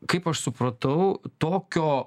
kaip aš supratau tokio